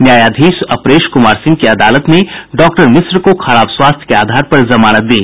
न्यायधीश अपरेश कुमार सिंह की अदालत ने डॉक्टर मिश्र को खराब स्वास्थ्य के आधार पर जमानत दी